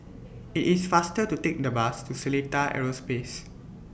IT IS faster to Take The Bus to Seletar Aerospace